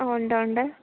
ആ ഉണ്ട് ഉണ്ട്